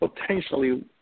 potentially